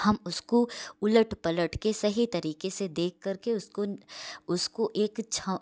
हम उसको उलट पलट कर सही तरीके से देख कर के उसको उसको एक छौंक